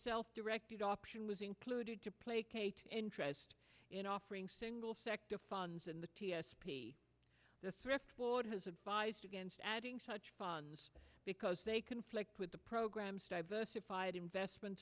self directed option was included to placate interest in offering single sector funds in the t s p the thrift board has advised against adding such funds because they conflict with the program's diversified investment